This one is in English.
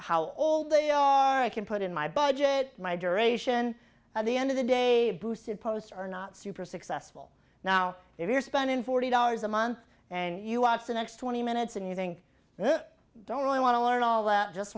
how old they are i can put in my budget my duration at the end of the day boosted posts are not super successful now if you're spending forty dollars a month and you watch the next twenty minutes and using that don't really want to learn all that just